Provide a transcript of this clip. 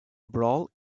brawl